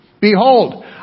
behold